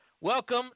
welcome